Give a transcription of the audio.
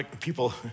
people